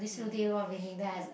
mm mm